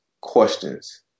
questions